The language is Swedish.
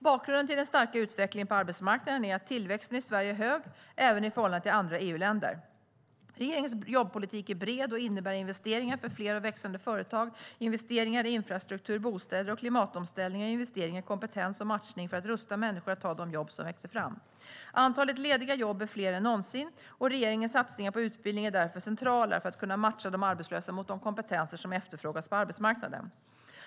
Bakgrunden till den starka utvecklingen på arbetsmarknaden är att tillväxten i Sverige är hög, även i förhållande till andra EU-länder. Regeringens jobbpolitik är bred och innebär investeringar för fler och växande företag, investeringar i infrastruktur, bostäder och klimatomställning samt investeringar i kompetens och matchning för att rusta människor att ta de jobb som växer fram. Antalet lediga jobb är fler än någonsin, och regeringens satsningar på utbildning är därför centrala för att kunna matcha de arbetslösa mot de kompetenser som efterfrågas på arbetsmarknaden.